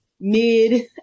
mid